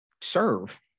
serve